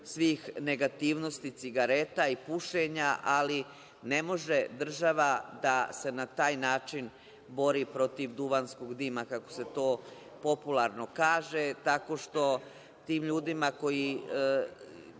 svih negativnosti cigareta i pušenja, ali ne može država da se na taj način bori protiv duvanskog dima, kako se to popularno kaže, tako što tim ljudima koji